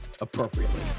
appropriately